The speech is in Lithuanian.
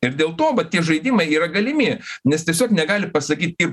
ir dėl to va tie žaidimai yra galimi nes tiesiog negali pasakyt ir